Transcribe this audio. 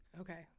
Okay